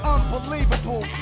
Unbelievable